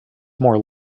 more